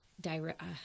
direct